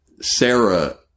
Sarah